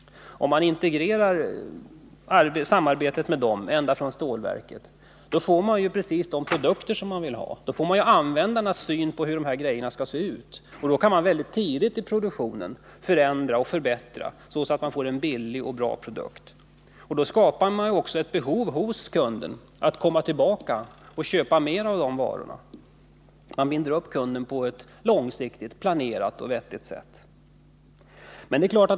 Om man integrerar samarbetet med kunderna ända från stålverket, får man precis de produkter man vill ha. Då får man användarnas syn på hur grejorna skall se ut, och då kan man väldigt tidigt i produktionen förändra och förbättra, så att man får en billig och bra produkt. Då skapar man även ett behov hos kunden av att komma tillbaka och köpa mer av de varorna. Man binder upp kunden på ett långsiktigt planerat och vettigt sätt.